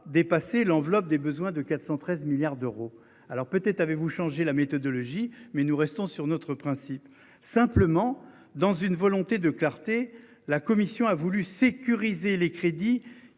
dépassé l'enveloppe des besoins de 413 milliards d'euros. Alors peut-être avez-vous changé la méthodologie. Mais nous restons sur notre principe simplement dans une volonté de clarté. La Commission a voulu sécuriser les crédits